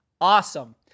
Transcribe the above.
awesome